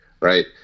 Right